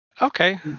okay